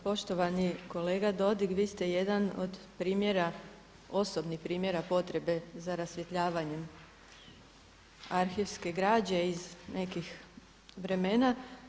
Poštovani kolega Dodig, vi ste jedan od primjera, osobnih primjera potrebe za rasvjetljavanjem arhivske građe iz nekih vremena.